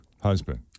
husband